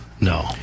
no